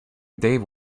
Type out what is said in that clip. dave